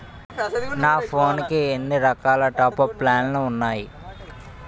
నా ఫోన్ కి ఎన్ని రకాల టాప్ అప్ ప్లాన్లు ఉన్నాయి?